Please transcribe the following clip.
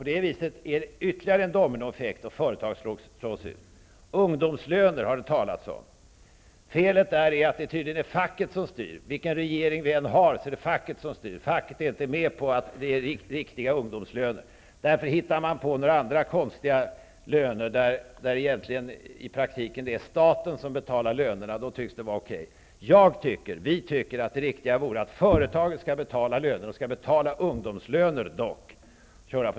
På det viset blir det ytterligare en dominoeffekt, och företag slås ut. Ungdomslöner har det talats om. Felet med dem är att det tydligen är facket som styr. Vilken regering vi än har är det facket som styr. Facket är inte med på att ge riktiga ungdomslöner. Därför hittar man på några andra konstiga löner, där det egentligen i praktiken är staten som betalar lönerna. Då tycks det vara okej. Jag tycker, vi tycker, att det riktiga vore att företagen betalar ungdomslöner.